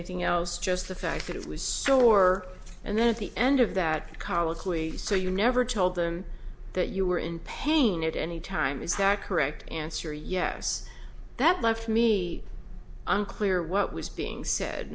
anything else just the fact that it was so or and then at the end of that colloquy so you never told them that you were in pain at any time is that correct answer a yes that left me unclear what was being said